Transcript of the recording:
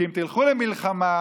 כי אם תלכו למלחמה,